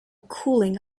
cooling